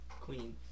Queen